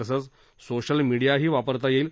तसेच सोशल मीडियाही वापरता येईल